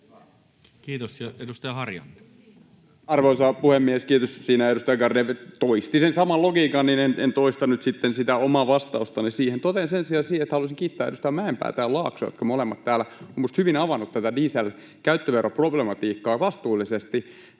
Time: 16:07 Content: Arvoisa puhemies, kiitos! Siinä edustaja Garedew toisti sen saman logiikan, ja en toista nyt sitä omaa vastaustani siihen. Totean sen sijaan, että haluaisin kiittää edustaja Mäenpäätä ja Laaksoa, jotka molemmat täällä ovat minusta hyvin avanneet tätä dieselin käyttövoimaveroproblematiikkaa vastuullisesti.